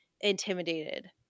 intimidated